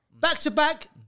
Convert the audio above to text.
Back-to-back